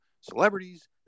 celebrities